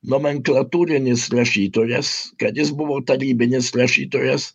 nomenklatūrinis rašytojas kad jis buvo tarybinis rašytojas